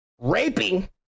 Raping